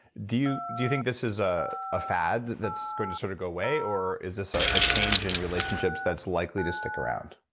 do you do you think this is ah a fad that's going to sort of go away or is this a change in relationships that's likely to stick around?